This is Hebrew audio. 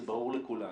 זה ברור לכולנו.